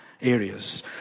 areas